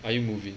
are you moving